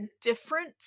different